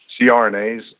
CRNAs